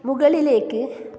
മുകളിലേക്ക്